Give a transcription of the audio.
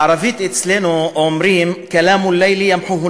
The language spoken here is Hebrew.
בערבית אצלנו אומרים "כלאמֻ אל-לילִ ימחוהו